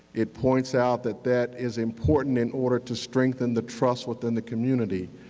it points out that that is important in order to strengthen the trust within the community,